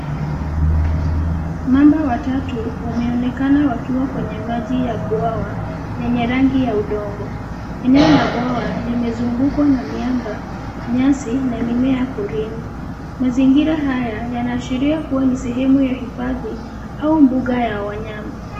Ng'ombe watatu, wameonekana wakiwa kwenye maji ya bwawa, lenye rangi ya udongo. Eneo la bwawa, limezungukwa na miamba, nyasi, na mimea porini. Mazingira haya, yanaashiria kuwa ni sehemu ya hifadhi, au mbuga ya wanyama.